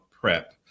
PrEP